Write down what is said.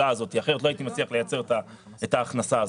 הזה כי אחרת לא הייתי מצליח לייצר את ההכנסה הזאת.